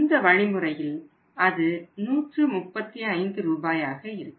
இந்த வழிமுறையில் அது 135 ரூபாயாக இருக்கும்